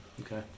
Okay